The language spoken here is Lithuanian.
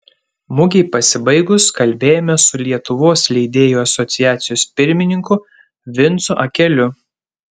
mugei pasibaigus kalbėjomės su lietuvos leidėjų asociacijos pirmininku vincu akeliu